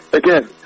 again